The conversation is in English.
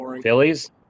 Phillies